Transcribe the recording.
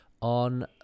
on